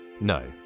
No